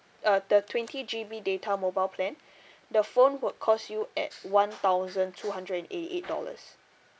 uh the twenty G_B data mobile plan the phone would cost you at one thousand two hundred and eighty eight dollars